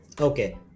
Okay